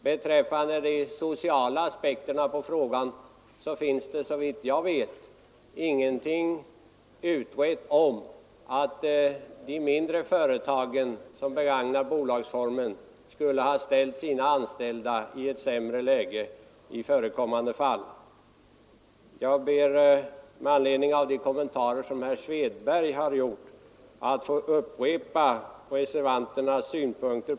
Beträffande de sociala aspekterna på frågan finns det, såvitt jag vet, ingenting utrett om att de mindre företagen som begagnar bolagsformen skulle ha försatt sina anställda i ett sämre läge i förekommande fall. Med anledning av herr Svedbergs kommentarer ber jag att få upprepa reservanternas synpunkter.